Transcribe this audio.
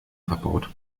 verbaut